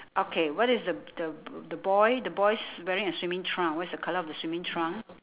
okay what is the the the boy the boy's wearing a swimming trunk what's the colour of the swimming trunk